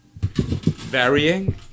varying